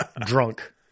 Drunk